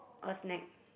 or snack